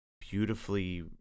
beautifully